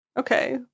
Okay